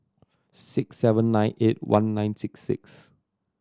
six seven nine eight one nine six six